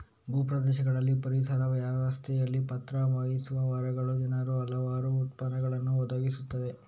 ಭೂ ಪ್ರದೇಶಗಳಲ್ಲಿ ಪರಿಸರ ವ್ಯವಸ್ಥೆಯಲ್ಲಿ ಪಾತ್ರ ವಹಿಸುವ ಮರಗಳು ಜನರಿಗೆ ಹಲವಾರು ಉತ್ಪನ್ನಗಳನ್ನು ಒದಗಿಸುತ್ತವೆ